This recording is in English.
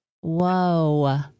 Whoa